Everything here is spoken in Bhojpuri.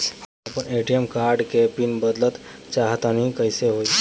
हम आपन ए.टी.एम कार्ड के पीन बदलल चाहऽ तनि कइसे होई?